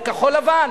זה כחול-לבן.